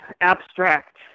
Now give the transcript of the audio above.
abstract